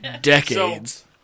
Decades